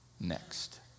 next